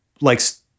likes